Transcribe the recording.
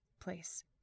place